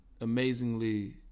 amazingly